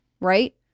Right